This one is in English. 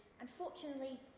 Unfortunately